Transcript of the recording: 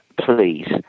Please